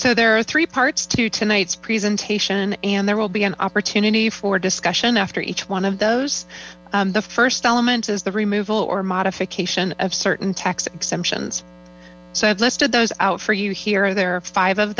so there are three parts to tonight's presentation and there will be an opportunity for discussion after each one of those the first element is the removal or modification of certain tax exemptions so i've listed those out for you here or there five of